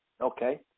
okay